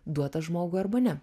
duotas žmogui arba ne